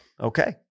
okay